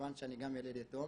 מכוון שאני גם ילד יתום,